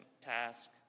task